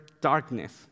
darkness